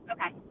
Okay